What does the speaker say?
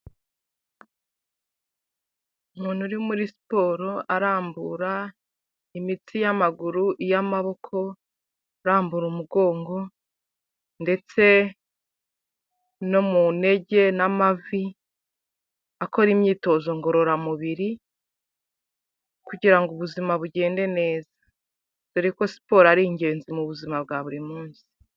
Umuntu uri muri siporo arambura imitsi y'amaguru iy'amaboko arambura umugongo ndetse no mu ntege n'amavi akora imyitozo ngororamubiri kugira ngo ubuzima bugende neza, dore ko siporo ari ingenzi mu buzima bwa buri munsi.